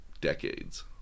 decades